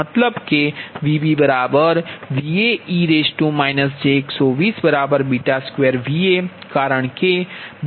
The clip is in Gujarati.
મતલબ કે VbVae j1202Va કારણ કે 2ej240e j120